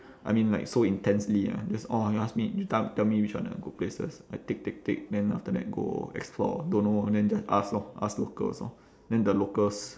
I mean like so intensely ah just orh you ask me you te~ tell me which one are good places I tick tick tick then after that go explore don't know then just ask lor ask locals lor then the locals